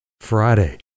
Friday